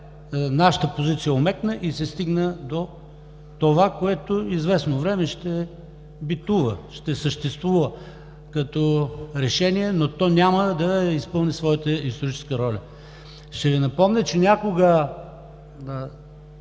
нашата позиция омекна и се стигна до това, което известно време ще битува, ще съществува като решение, но то няма да изпълни своята историческа роля. Ще Ви напомня, че някога